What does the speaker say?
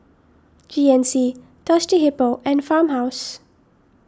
G N C Thirsty Hippo and Farmhouse